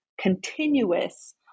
continuous